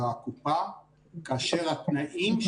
לדאוג לזה שהפעימות הבאות מעכשיו ועד דצמבר